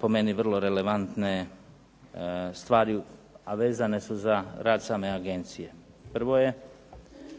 po meni vrlo relevantne stvari, a vezane su za rad same agencije. Prvo je